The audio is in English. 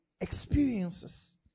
experiences